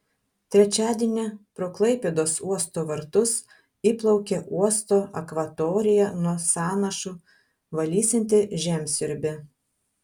trečiadienį pro klaipėdos uosto vartus įplaukė uosto akvatoriją nuo sąnašų valysianti žemsiurbė